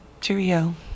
cheerio